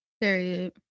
Period